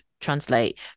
translate